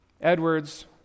Edwards